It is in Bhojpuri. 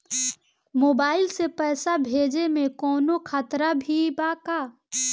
मोबाइल से पैसा भेजे मे कौनों खतरा भी बा का?